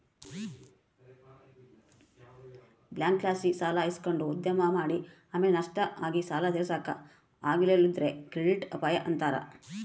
ಬ್ಯಾಂಕ್ಲಾಸಿ ಸಾಲ ಇಸಕಂಡು ಉದ್ಯಮ ಮಾಡಿ ಆಮೇಲೆ ನಷ್ಟ ಆಗಿ ಸಾಲ ತೀರ್ಸಾಕ ಆಗಲಿಲ್ಲುದ್ರ ಕ್ರೆಡಿಟ್ ಅಪಾಯ ಅಂತಾರ